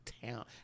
town